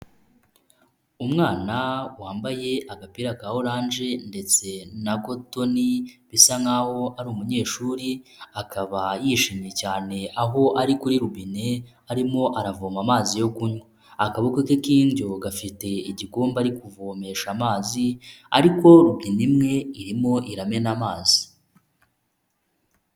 Umwana wambaye agapira ka oranje ndetse na kotoni bisa nkaho ari umunyeshuri, akaba yishimye cyane. Aho ari kuri robine arimo aravoma amazi yo kunywa. Akaboko ke k'indyo gafite igikombe ari kuvomesha amazi, ariko robine imwe irimo iramena amazi.